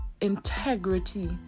integrity